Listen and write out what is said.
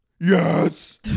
Yes